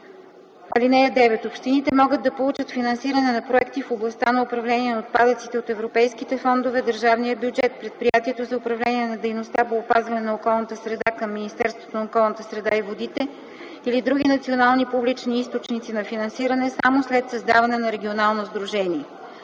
(9) Общините могат да получат финансиране на проекти в областта на управление на отпадъците от европейските фондове, държавния бюджет, Предприятието за управление на дейностите по опазване на околната среда към Министерството на околната среда и водите или други национални публични източници на финансиране само след създаването на регионално сдружение.